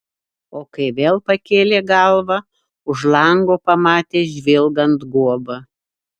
o kai vėl pakėlė galvą už lango pamatė žvilgant guobą